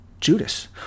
Judas